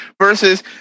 versus